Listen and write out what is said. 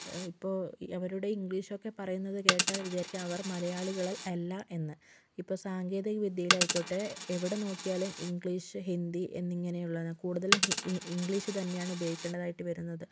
ഇപ്പോൾ അവരുടെ ഇംഗ്ലീഷൊക്കെ പറയുന്നത് കേട്ടാൽ വിചാരിക്കും അവർ മലയാളികൾ അല്ല എന്ന് ഇപ്പോൾ സാങ്കേതിക വിദ്യയിലായിക്കോട്ടെ എവിടെ നോക്കിയാലും ഇംഗ്ലീഷ് ഹിന്ദി എന്നിങ്ങനെയുള്ള കൂടുതലും ഈ ഇംഗ്ലീഷുതന്നെയാണ് ഉപയോഗിക്കേണ്ടതായിട്ട് വരുന്നത്